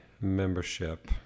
membership